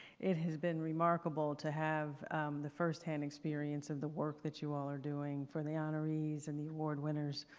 it has been remarkable to have the firsthand experience of the work that you all are doing for the honorees and the award winners.